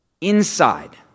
inside